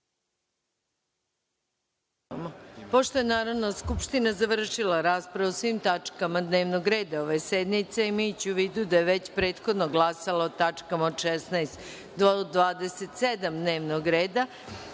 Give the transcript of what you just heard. radu. Pošto je Narodna skupština završila raspravu o svim tačkama dnevnog reda ove sednice, imajući u vidu da je već prethodno glasala o tačkama od 16. do 27. dnevnog reda,